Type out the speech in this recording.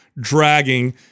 Dragging